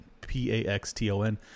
P-A-X-T-O-N